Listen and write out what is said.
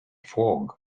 fog